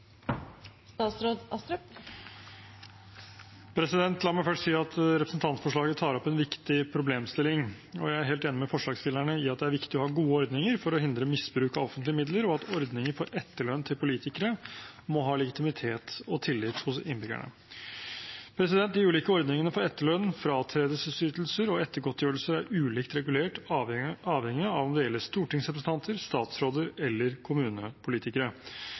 helt enig med forslagsstillerne i at det er viktig å ha gode ordninger for å hindre misbruk av offentlige midler, og at ordninger for etterlønn til politikere må ha legitimitet og tillit hos innbyggerne. De ulike ordningene for etterlønn, fratredelsesytelser og ettergodtgjørelser er ulikt regulert avhengig av om det gjelder stortingsrepresentanter, statsråder eller kommunepolitikere.